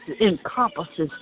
encompasses